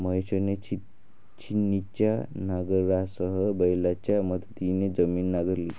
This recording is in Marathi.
महेशने छिन्नीच्या नांगरासह बैलांच्या मदतीने जमीन नांगरली